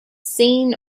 seen